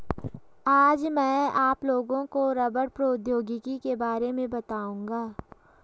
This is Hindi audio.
आज मैं आप लोगों को रबड़ प्रौद्योगिकी के बारे में बताउंगा